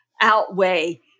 outweigh